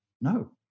no